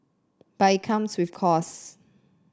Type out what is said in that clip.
but it comes with costs